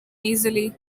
easily